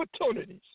opportunities